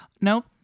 Nope